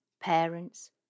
Parents